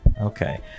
Okay